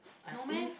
no meh